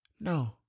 No